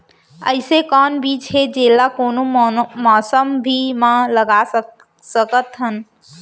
अइसे कौन बीज हे, जेला कोनो मौसम भी मा लगा सकत हन?